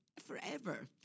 Forever